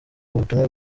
ubutumwa